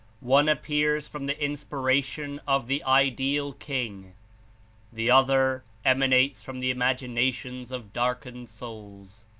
one appears from the inspiration of the ideal king the other emanates from the imaginations of darkened souls.